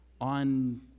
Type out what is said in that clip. on